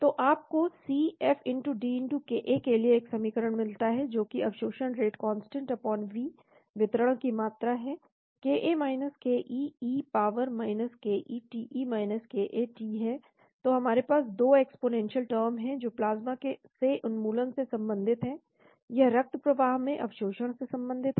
तो आपको C FDka के लिए एक समीकरण मिलता है जो कि अवशोषण रेट कांस्टेंट V वितरण की मात्रा है ka ke e power ke te ka t है तो हमारे पास 2 एक्स्पोनेंशियल टर्म है जो प्लाज्मा से उन्मूलन से संबंधित है यह रक्तप्रवाह में अवशोषण से संबंधित है